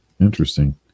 Interesting